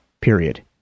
period